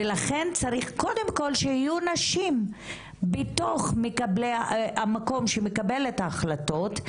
לכן צריך קודם כל שיהיו נשים בתוך המקום שמקבל את ההחלטות,